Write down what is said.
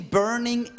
burning